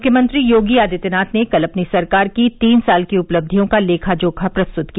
मुख्यमंत्री योगी आदित्यनाथ ने कल अपनी सरकार की तीन साल की उपलब्धियों का लेखा जोखा प्रस्तुत किया